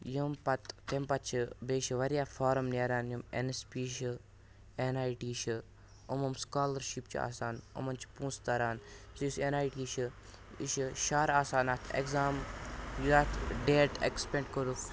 یِم پَتہٕ تَمہِ پَتہٕ چھِ بیٚیہِ چھِ واریاہ فارَم نیران یِم اؠن اؠس پی چھِ اؠن آیٔ ٹی چھِ یِمہٕ یِمہٕ سُکالَرشِپ چھِ آسان یِمَن چھِ پۅنٛسہٕ تَران یُس یِہ اؠن آیٔ ٹی چھِ یِہ چھِ شہرٕ آسان اَتھ اؠکزام یَتھ ڈیٹ اؠکسپؠکٹ کۆرُکھ